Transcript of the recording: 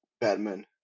Batman